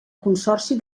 consorci